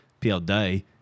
PLD